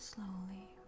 Slowly